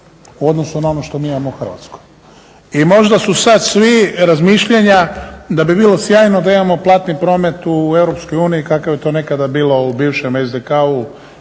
u odnosu na ono što mi imamo u Hrvatskoj. I možda su sada svi razmišljanja da bi bilo sjajno da imamo platni promet u Europskoj uniji kakav je to nekada bilo u bivšem SDK-u